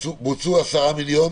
בוצעו 10 מיליון.